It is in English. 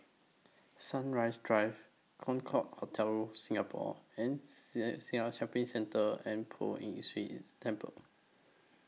Sunrise Drive Concorde Hotel Singapore and Shopping Centre and Poh Ern Shih Temple